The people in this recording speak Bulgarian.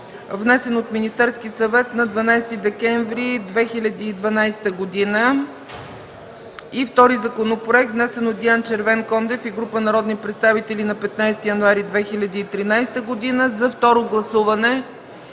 внесен от Министерския съвет на 12 декември 2012 г. И втори законопроект, внесен от Диан Червенкондев и група народни представители на 15 януари 2013 г., за второ гласуване.